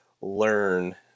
learn